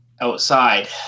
outside